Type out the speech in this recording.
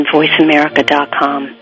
VoiceAmerica.com